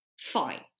fine